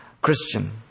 Christian